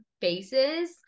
faces